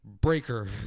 breaker